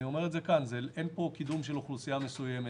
אין פה קידום של אוכלוסייה מסוימת,